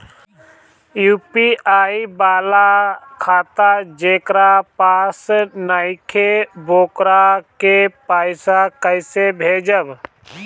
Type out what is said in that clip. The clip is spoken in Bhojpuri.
यू.पी.आई वाला खाता जेकरा पास नईखे वोकरा के पईसा कैसे भेजब?